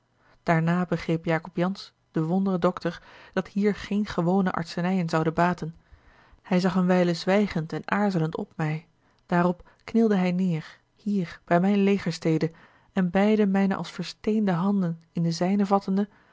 daarna begreep jacob jansz de wondre dokter dat hier geene gewone artsenijen zouden baten hij zag een wijle zwijgend en aarzelend op mij daarop knielde hij neêr hier bij mijne legerstede en beide mijne als versteende handen in de zijne vattende